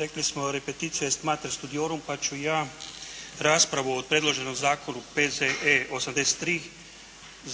Rekli smo "repetitio est mater studiorum" pa ću ja raspravu o predloženom zakonu P.Z.E. 83